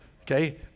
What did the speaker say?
Okay